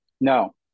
No